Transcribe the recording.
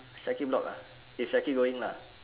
syakir block ah eh syakir going lah